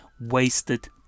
Wasted